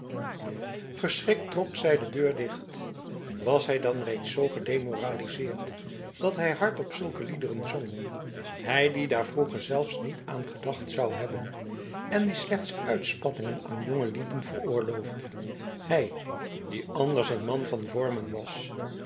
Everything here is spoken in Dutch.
trok zij de deur dicht was hij dan reeds z gedemoraliseerd dat hij hardop zulke liederen zong hij die daar vroeger zelfs niet aan gedacht zou hebben en die slechts uitspattingen aan jongelieden veroorloofde hij die anders een man van vormen was